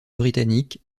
britannique